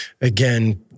again